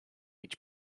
each